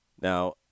Now